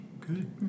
Good